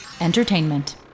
Entertainment